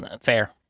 fair